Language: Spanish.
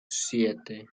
siete